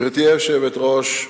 גברתי היושבת-ראש,